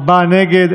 ארבעה נגד,